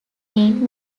mean